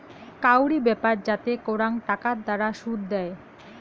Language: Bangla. কাউরি ব্যাপার যাতে করাং টাকার দ্বারা শুধ দেয়